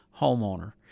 homeowner